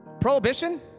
Prohibition